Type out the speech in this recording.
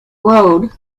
road